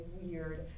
weird